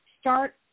start